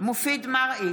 מופיד מרעי,